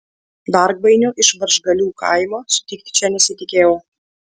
dargvainio iš varžgalių kaimo sutikti čia nesitikėjau